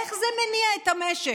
איך זה מניע את המשק?